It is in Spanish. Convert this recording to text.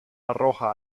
arroja